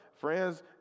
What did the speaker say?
Friends